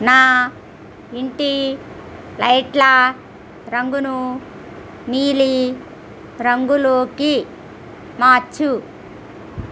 నా ఇంటి లైట్ల రంగును నీలి రంగులోకి మార్చు